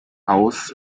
haus